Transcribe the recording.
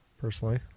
personally